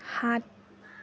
সাত